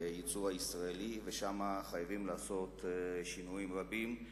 מהייצור הישראלי, ושם חייבים לעשות שינויים רבים.